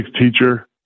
teacher